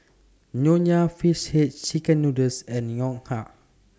Nonya Fish Head Chicken Noodles and Ngoh Hiang